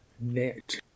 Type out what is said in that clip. net